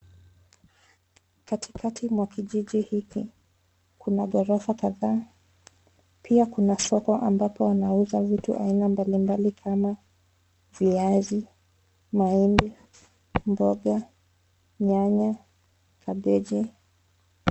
Katikati mwa kijiji hiki kuna ghorofa Kadhaa pia kuna soko ambapo wanauza vitu aina mbalimbali kama viazi, maembe, mboga, nyanya, kabeji.